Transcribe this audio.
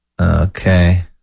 okay